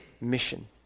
mission